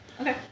Okay